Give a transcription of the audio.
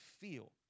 feel